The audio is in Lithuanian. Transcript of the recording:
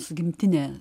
su gimtine